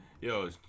yo